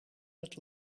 dat